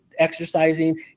Exercising